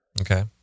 Okay